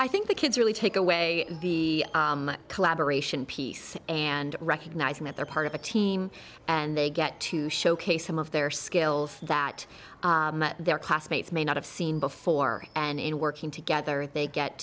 i think the kids really take away the collaboration piece and recognizing that they're part of a team and they get to showcase some of their skills that their classmates may not have seen before and in working together they get